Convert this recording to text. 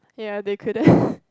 ya they couldn't